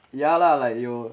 ya lah like 有